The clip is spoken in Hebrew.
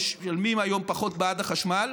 משלמים היום פחות בעד החשמל,